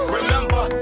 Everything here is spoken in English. Remember